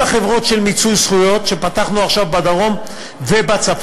הן בחברות של מיצוי זכויות שפתחנו עכשיו בדרום ובצפון,